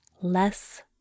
less